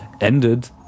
ended